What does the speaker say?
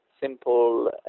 simple